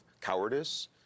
cowardice